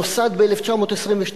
נוסד ב-1922.